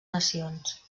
nacions